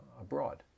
abroad